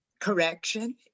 correction